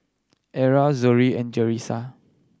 Erla Zollie and Jalissa